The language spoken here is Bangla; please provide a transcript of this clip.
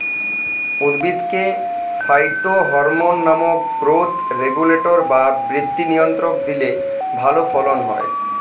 উদ্ভিদকে ফাইটোহরমোন নামক গ্রোথ রেগুলেটর বা বৃদ্ধি নিয়ন্ত্রক দিলে ভালো ফলন হয়